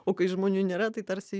o kai žmonių nėra tai tarsi